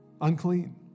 Unclean